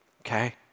Okay